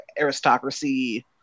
aristocracy